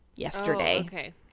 yesterday